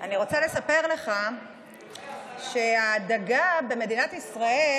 אני רוצה לספר לך שהדגה במדינת ישראל,